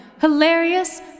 Hilarious